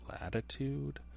latitude